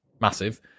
massive